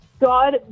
God